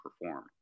perform